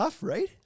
right